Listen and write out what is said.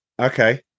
Okay